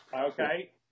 Okay